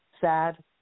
sad